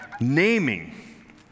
naming